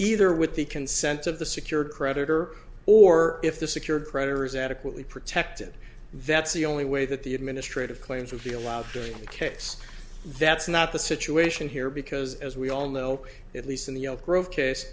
either with the consent of the secured creditor or if the secured creditors adequately protected that's the only way that the administrative claims would be allowed to a case that's not the situation here because as we all know at least in the oak grove case